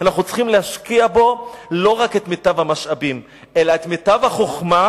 אנחנו צריכים להשקיע בו לא רק את מיטב המשאבים אלא את מיטב החוכמה,